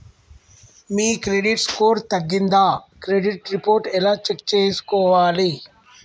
మీ credit score తగ్గిందా credit report ఎలా check చేసుకోవాలి?